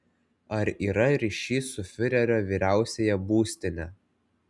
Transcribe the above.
ar yra ryšys su fiurerio vyriausiąja būstine